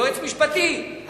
יועץ משפטי,